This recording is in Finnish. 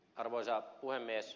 arvoisa puhemies